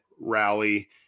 rally